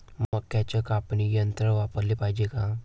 मक्क्याचं कापनी यंत्र वापराले पायजे का?